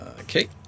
Okay